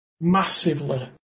massively